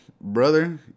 brother